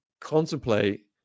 contemplate